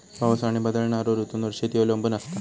पाऊस आणि बदलणारो ऋतूंवर शेती अवलंबून असता